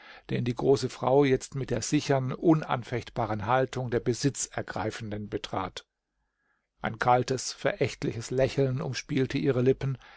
den die große frau jetzt mit der sichern unanfechtbaren haltung der besitzergreifenden betrat ein kaltes verächtliches lächeln umspielte ihre lippen